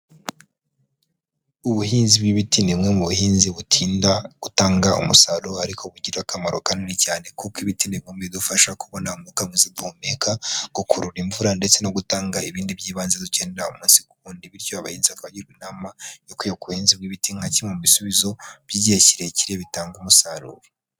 Ubuhinzi bw'ibiti ni bumwe mu buhinzi butinda gutanga umusaruro ariko bugira akamaro kanini cyane kuko ibiti ni bimwe mu bidufasha kubona umwuka mwiza duhumeka, gukurura imvura, ndetse no gutanga ibindi by'ibanze dukenera umunsi ku wundi. Bityo abahinzi abakaba bagirwa inama yo kuyoboka ubuhinzi bw'ibiti nka kimwe mu bisubizo by'igihe kirekire bitanga umusaruro.